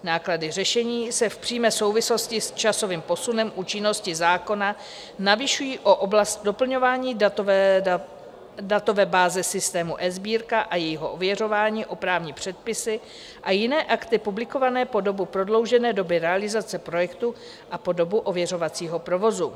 Náklady řešení se v přímé souvislosti s časovým posunem účinnosti zákona navyšují o oblast doplňování datové báze systému eSbírka a jejího ověřování o právní předpisy a jiné akty publikované po dobu prodloužené doby realizace projektu a po dobu ověřovacího provozu.